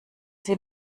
sie